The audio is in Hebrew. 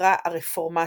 נקרא הרפורמציה,